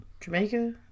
Jamaica